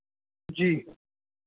जी